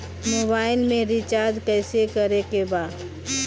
Mobile में recharge कइसे करे के बा?